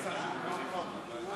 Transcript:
הצעת החוק הוסרה מסדר-היום.